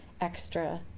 extra